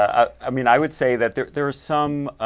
i mean, i would say that there there are some